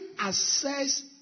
assess